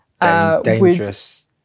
Dangerous